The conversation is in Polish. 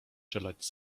czeladź